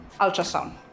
ultrasound